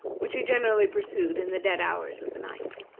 which he generally pursued in the dead hours of the night.